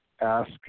Ask